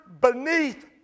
beneath